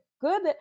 good